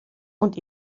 und